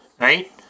right